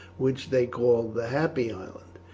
which they called the happy island.